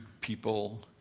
people